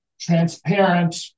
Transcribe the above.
transparent